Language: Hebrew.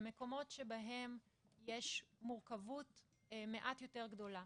במקומות שבהם יש מורכבות מעט יותר גדולה,